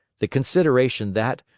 the consideration that,